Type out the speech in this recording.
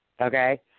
Okay